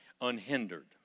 Unhindered